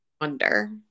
Wonder